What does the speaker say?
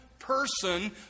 person